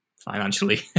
financially